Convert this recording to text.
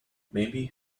maybe